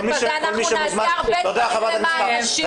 בכסף הזה אנחנו נעשה הרבה דברים למען נשים.